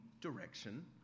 direction